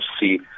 see